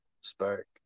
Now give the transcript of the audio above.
Spark